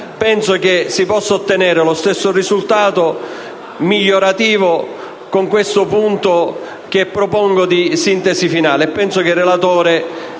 Penso che si possa ottenere lo stesso risultato migliorativo con questo punto di sintesi finale